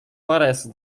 varēsi